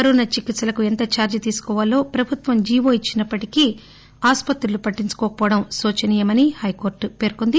corona చికిత్పలకు ఎంత చార్షీ తీసుకోవాలో ప్రభుత్వం జీవో ఇచ్చినప్పటికీ ఆసుపత్రులు పట్టించుకోక పోవడం శోచనీయమని హైకోర్లు పేర్కొంది